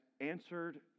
answered